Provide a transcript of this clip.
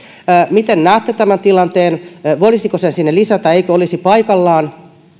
miten näette tämän tilanteen voisiko sen sinne lisätä eikö olisi paikallaan